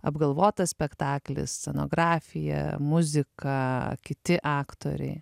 apgalvotas spektaklis scenografija muzika kiti aktoriai